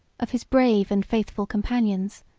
of his brave and faithful companions,